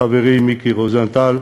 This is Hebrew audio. לחברי מיקי רוזנטל,